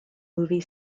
movie